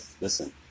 Listen